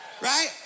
Right